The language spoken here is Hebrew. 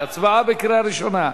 הצבעה בקריאה ראשונה,